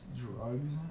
drugs